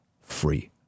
free